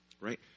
Right